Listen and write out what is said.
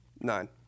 Nine